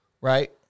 right